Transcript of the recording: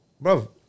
Bro